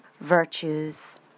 virtues